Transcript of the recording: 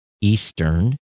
Eastern